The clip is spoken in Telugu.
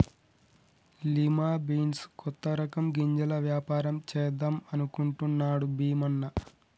లిమా బీన్స్ కొత్త రకం గింజల వ్యాపారం చేద్దాం అనుకుంటున్నాడు భీమన్న